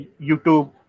YouTube